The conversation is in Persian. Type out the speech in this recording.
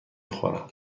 خورم